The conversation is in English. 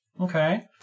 Okay